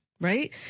right